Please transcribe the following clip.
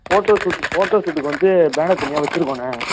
photo shoot photo ஷூட்டுக்கு வந்து banner தனியாக வச்சுருக்கோண்ண